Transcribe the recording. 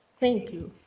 thank you.